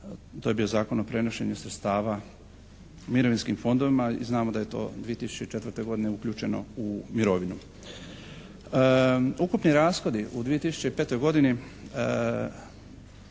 To je bio Zakon o prenošenju sredstava mirovinskim fondovima i znamo da je to 2004. godine uključeno u mirovinu. Ukupni rashodi u 2005. godini